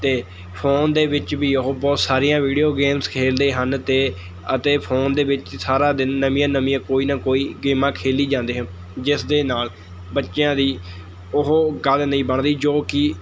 ਅਤੇ ਫ਼ੋਨ ਦੇ ਵਿੱਚ ਵੀ ਉਹ ਬਹੁਤ ਸਾਰੀਆਂ ਵੀਡੀਓ ਗੇਮਸ ਖੇਲਦੇ ਹਨ ਤੇ ਅਤੇ ਫ਼ੋਨ ਦੇ ਵਿੱਚ ਸਾਰਾ ਦਿਨ ਨਵੀਆਂ ਨਵੀਆਂ ਕੋਈ ਨਾ ਕੋਈ ਗੇਮਾਂ ਖੇਲੀ ਜਾਂਦੇ ਹੈ ਜਿਸ ਦੇ ਨਾਲ਼ ਬੱਚਿਆਂ ਦੀ ਉਹ ਗੱਲ ਨਹੀਂ ਬਣਦੀ ਜੋ ਕਿ